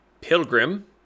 Pilgrim